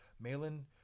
Malin